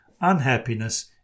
unhappiness